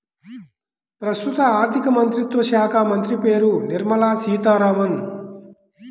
ప్రస్తుత ఆర్థికమంత్రిత్వ శాఖామంత్రి పేరు నిర్మల సీతారామన్